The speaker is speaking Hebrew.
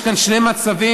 יש כאן שני מצבים,